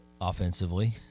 offensively